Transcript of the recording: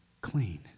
clean